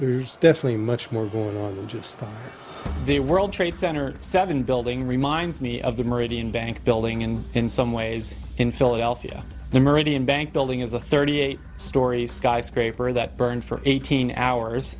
there's definitely much more going on just for the world trade center seven building reminds me of the meridian bank building and in some ways in philadelphia the meridian bank building is a thirty eight story skyscraper that burned for eighteen hours